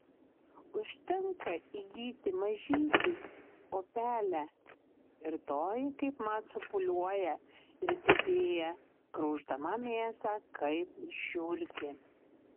užtenka įgyti mažytį opelę ir toji kaipmat supūliuoja ir didėja grauždama mėsą kaip žiurkė